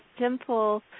simple